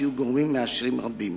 שיהיו גורמים מאשרים רבים.